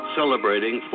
celebrating